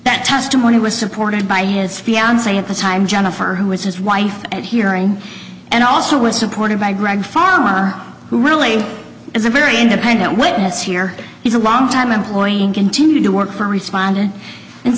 that testimony was supported by his fiance at the time jennifer who was his wife at hearing and also was supported by greg farmer who really is a very independent witness here is a long time employee and continued to work for responded and